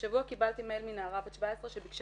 בשבוע שעבר היה כאן מנכ"ל הביטוח הלאומי שבמקביל מייעד